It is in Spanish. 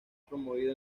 promovido